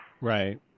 Right